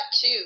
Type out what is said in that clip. two